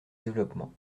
développement